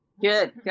Good